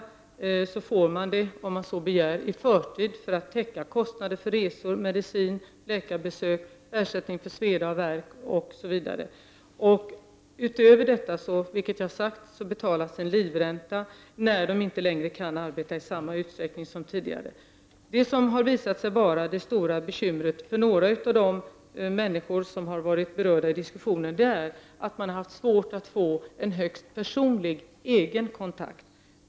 Dessutom kan man, om man så begär, få ut dessa medel i förtid för att täcka kostnader för resor, medicin, läkarbesök, få ersättning för sveda och värk osv. Som jag tidigare sade betalas utöver detta ut en livränta när de smittade inte längre kan arbeta i samma utsträckning som tidigare. Det stora bekymret för några av de människor som har varit berörda av diskussionen har visat sig vara att det har varit svårt att få en egen, högst personlig kontakt.